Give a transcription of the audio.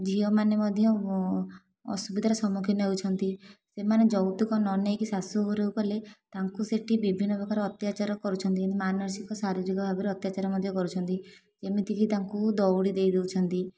ଝିଅ ମାନେ ମଧ୍ୟ ଅସୁବିଧାର ସମ୍ମୁଖୀନ ହେଉଛନ୍ତି ସେମାନେ ଯୌତୁକ ନ ନେଇକି ଶାଶୁ ଘରକୁ ଗଲେ ତାଙ୍କୁ ସେଇଠି ବିଭିନ୍ନ ପ୍ରକାର ଅତ୍ୟାଚାର କରୁଛନ୍ତି ମାନସିକ ଶାରୀରିକ ଭାବରେ ଅତ୍ୟାଚାର ମଧ୍ୟ କରୁଛନ୍ତି ଯେମିତି କି ତାଙ୍କୁ ଦୌଡ଼ି ଦେଇ ଦେଉଛନ୍ତି